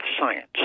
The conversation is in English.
science